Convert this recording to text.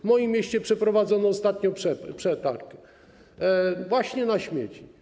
W moim mieście przeprowadzono ostatnio przetarg właśnie na śmieci.